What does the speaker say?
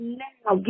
now